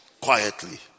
quietly